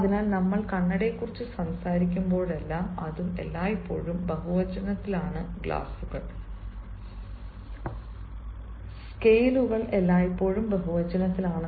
അതിനാൽ നമ്മൾ കണ്ണടയെക്കുറിച്ച് സംസാരിക്കുമ്പോഴെല്ലാം അതും എല്ലായ്പ്പോഴും ബഹുവചനത്തിലാണ് ഗ്ലാസുകൾ എല്ലായ്പ്പോഴും ബഹുവചനമാണ് സ്കെയിലുകൾ എല്ലായ്പ്പോഴും ബഹുവചനമാണ്